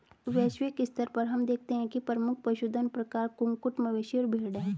वैश्विक स्तर पर हम देखते हैं कि प्रमुख पशुधन प्रकार कुक्कुट, मवेशी और भेड़ हैं